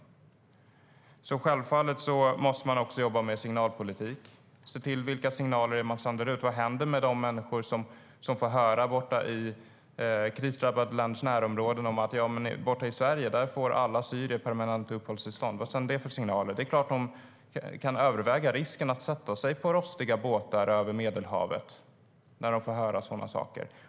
Självfallet måste man också jobba med signalpolitik och se vilka signaler man sänder ut. Vad händer med de människor borta i krisdrabbade länders närområden som får höra att i Sverige får alla syrier permanent uppehållstillstånd? Vad sänder det för signaler? Det är klart att de kan överväga risken att sätta sig i rostiga båtar över Medelhavet när de får höra sådana saker.